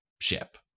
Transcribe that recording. ship